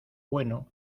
bueno